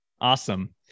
Awesome